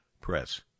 Press